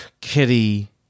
Kitty